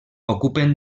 ocupen